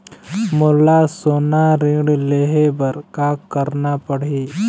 मोला सोना ऋण लहे बर का करना पड़ही?